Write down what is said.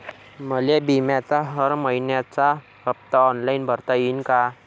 मले बिम्याचा हर मइन्याचा हप्ता ऑनलाईन भरता यीन का?